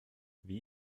wie